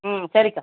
ம் சரிக்கா